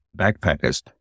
backpackers